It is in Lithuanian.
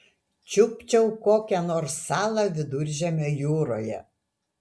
čiupčiau kokią nors salą viduržemio jūroje